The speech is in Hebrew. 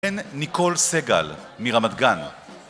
הן ניקול סגל מרמת גן